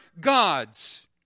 gods